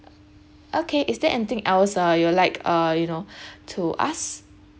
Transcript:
okay is there anything else uh you'll like uh you know to us